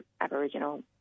Aboriginal